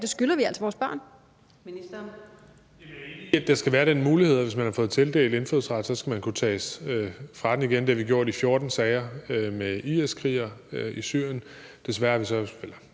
Det skylder vi altså vores børn.